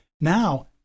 now